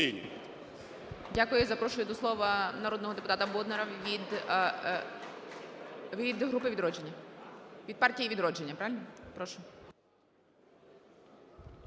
Дякую.